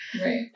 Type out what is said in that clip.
Right